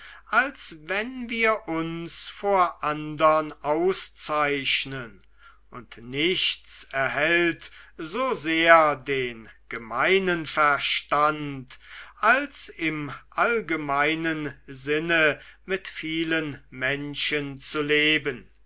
als wenn wir uns vor andern auszeichnen und nichts erhält so sehr den gemeinen verstand als im allgemeinen sinne mit vielen menschen zu leben